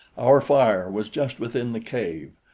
our fire was just within the cave,